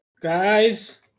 Guys